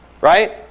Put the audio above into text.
right